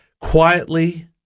quietly